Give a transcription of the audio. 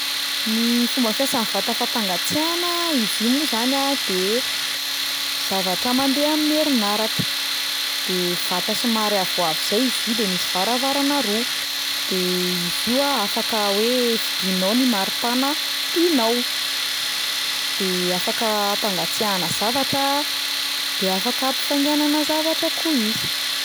Ny fomba fiasan'ny vata fampangatsiahana, izy ko moa zany a de zavatra mandeha amin'ny herinaratra, de vata somary avoavo zay izy io de misy varavarana roa, de izy io a afaka hoe fidianao ny maripana tianao, de afaka ampangatsiahana zavatra, de afaka ampivainganana zavatra koa izy.